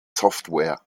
software